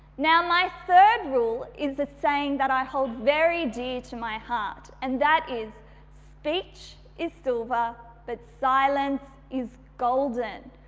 now, my third rule is a saying that i hold very dear to my heart and that is speech is silver but silence is golden.